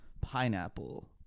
pineapple